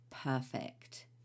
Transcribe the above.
perfect